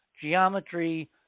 geometry